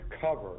cover